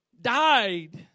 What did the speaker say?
died